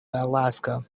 alaska